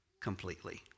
completely